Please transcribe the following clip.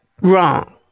Wrong